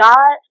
God